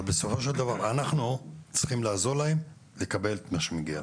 אבל בסופו של דבר אנחנו צריכים לעזור להם לקבל את מה שמגיע להם.